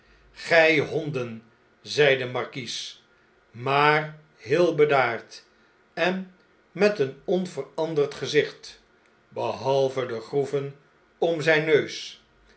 gij honden zei de markies maar heel bedaard en met een onveranderd gezicht behalve de groeven om den neus